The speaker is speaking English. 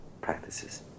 practices